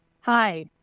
Hi